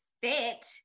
fit